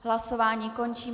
Hlasování končím.